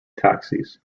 taxis